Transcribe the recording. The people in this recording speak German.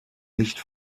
nicht